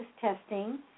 testing